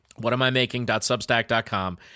whatamimaking.substack.com